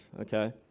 okay